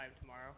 tomorrow